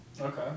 Okay